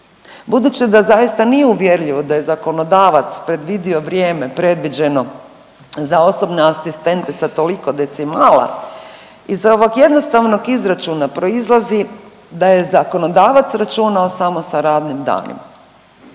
Budući da zaista nije uvjerljivo da je zakonodavac predvidio vrijeme predviđeno za osobne asistente sa toliko decimala iz ovog jednostavnog izračuna proizlazi da je zakonodavac računao samo sa radnim danima.